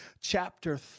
chapter